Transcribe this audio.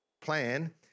plan